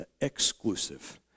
Exclusive